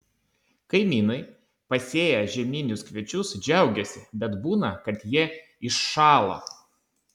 kaimynai pasėję žieminius kviečius džiaugiasi bet būna kad jie iššąla